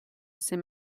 c’est